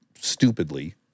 stupidly